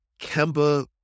Kemba